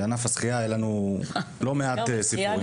בענף השחייה היו לנו הרבה סיפורים.